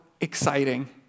exciting